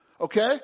Okay